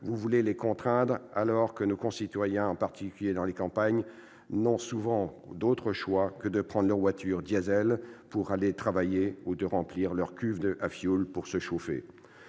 vous voulez les contraindre, alors que nos concitoyens, en particulier dans les campagnes, n'ont souvent pas d'autre choix que de prendre leur voiture diesel pour aller travailler, ou de remplir leur cuve à fioul pour se chauffer.